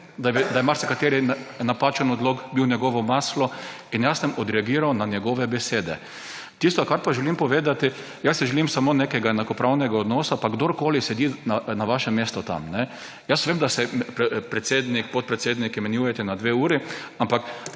da je marsikateri napačen odlok bil njegovo maslo. In jaz sem odreagiral na njegove besede. Tisto, kar pa želim povedati: jaz si želim samo nekega enakopravnega odnosa, pa kdorkoli sedi na vašem mestu tam. Vem, da se predsednik, podpredsedniki menjujete na dve uri, ampak